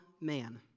man